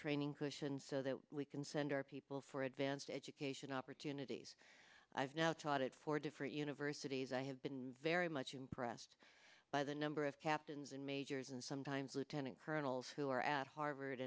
training cushion so that we can send our people for advanced education opportunities i've now taught at four different universities i have been very much impressed by the number of captains and majors and sometimes lieutenant colonels who are at harvard